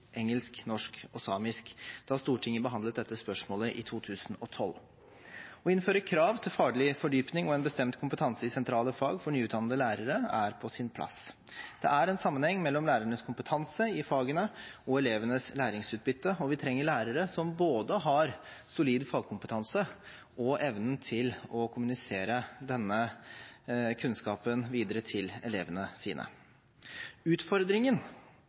engelsk, norsk og samisk da Stortinget behandlet dette spørsmålet i 2012. Å innføre krav til faglig fordypning og en bestemt kompetanse i sentrale fag for nyutdannede lærere er på sin plass. Det er en sammenheng mellom lærernes kompetanse i fagene og elevenes læringsutbytte, og vi trenger lærere som både har solid fagkompetanse og evnen til å kommunisere denne kunnskapen videre til elevene sine. Utfordringen